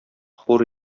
хур